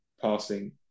passing